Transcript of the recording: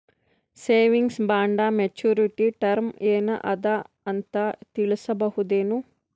Savings bond maturity term ಏನ ಅದ ಅಂತ ತಿಳಸಬಹುದೇನು?